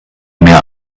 mehr